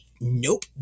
nope